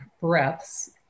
breaths